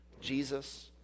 Jesus